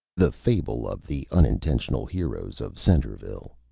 the fable of the unintentional heroes of centreville